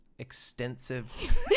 extensive